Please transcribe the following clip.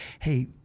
Hey